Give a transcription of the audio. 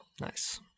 Nice